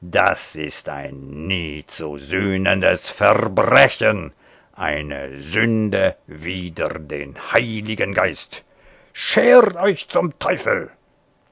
das ist ein nie zu sühnendes verbrechen eine sünde wider den heiligen geist schert euch zum teufel